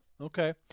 okay